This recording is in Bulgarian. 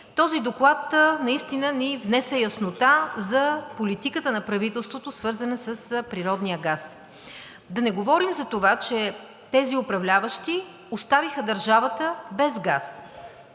този доклад наистина ни внесе яснота за политиката на правителството, свързана с природния газ. Да не говорим за това, че тези управляващи оставиха държавата без газ.